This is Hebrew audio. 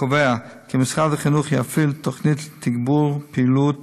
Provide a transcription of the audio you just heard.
הקובע כי משרד החינוך יפעיל תוכנית לתגבור פעילות